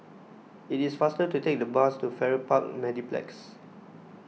it is faster to take the bus to Farrer Park Mediplex